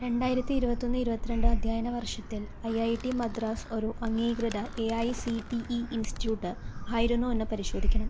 രണ്ടായിരത്തി ഇരുപത്തൊന്ന് ഇരുപത്തിരണ്ട് അധ്യയന വർഷത്തിൽ ഐ ഐ ടി മദ്രാസ് ഒരു അംഗീകൃത A I C T E institute ആയിരുന്നോ എന്ന് പരിശോധിക്കണം